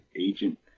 agent